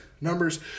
Numbers